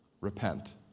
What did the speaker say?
Repent